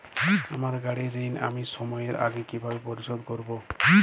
আমার গাড়ির ঋণ আমি সময়ের আগে কিভাবে পরিশোধ করবো?